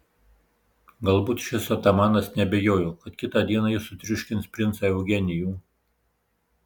galbūt šis atamanas neabejojo kad kitą dieną jis sutriuškins princą eugenijų